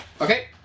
Okay